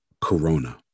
corona